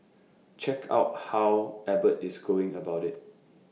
check out how Abbott is going about IT